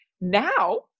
Now